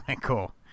Cool